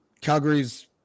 calgary's